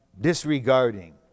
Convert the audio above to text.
disregarding